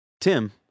tim